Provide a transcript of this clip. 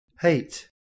hate